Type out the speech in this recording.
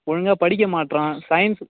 ஒழுங்காக படிக்க மாட்றான் சயின்ஸு